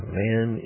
man